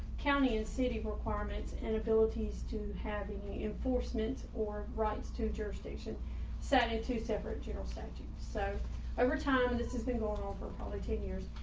county and city requirements and abilities to have any enforcement or rights to jurisdiction said into separate general statute. so over time, this has been going on for probably ten years,